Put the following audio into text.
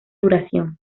duración